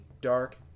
Dark